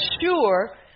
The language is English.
sure